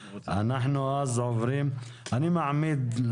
נכון שלוקח זמן